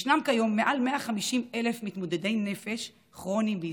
יש כיום מעל 150,000 מתמודדי נפש כרוניים בישראל.